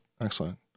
excellent